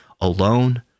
alone